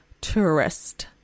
Tourist